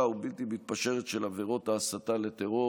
ובלתי מתפשרת של עבירות ההסתה לטרור,